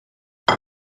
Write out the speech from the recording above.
wie